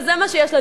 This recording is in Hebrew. וזה מה שיש לה,